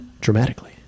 dramatically